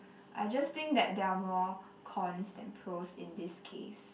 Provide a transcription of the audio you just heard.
I just think that there are more cons than pros in this case